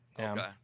Okay